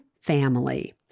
family